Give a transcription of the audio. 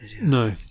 No